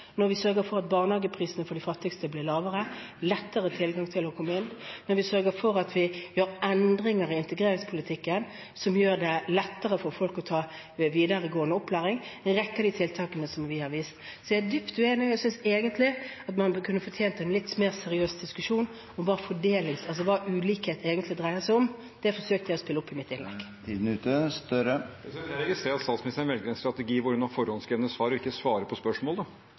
når vi sørger for at barnehageprisene for de fattigste blir lavere, lettere tilgang til å komme inn, når vi sørger for å gjøre endringer i integreringspolitikken, som gjør det lettere for folk å ta videregående opplæring – en rekke av de tiltakene som vi har vist. Så jeg er dypt uenig, og jeg synes egentlig at man hadde fortjent en litt mer seriøs diskusjon om hva ulikhet egentlig dreier seg om. Det forsøkte jeg å spille opp i mitt innlegg. Jeg registrerer at statsministeren velger en strategi hvor hun har forhåndsskrevne svar og ikke svarer på spørsmålet: